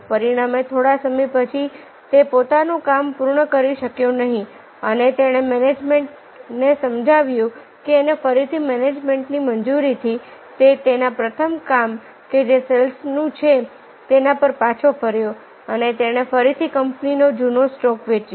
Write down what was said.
પરિણામે થોડા સમય પછી તે પોતાનું કામ પૂર્ણ કરી શક્યો નહીં અને તેણે મેનેજમેન્ટને સમજાવ્યું અને ફરીથી મેનેજમેન્ટની મંજૂરીથી તે તેના પ્રથમ કામ કે જે સેલ્સનું છે તેના પર પાછો ફર્યો અને તેણે ફરીથી કંપની નો જૂનો સ્ટોક વેચ્યો